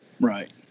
right